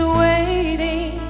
waiting